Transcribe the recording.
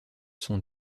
sont